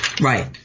Right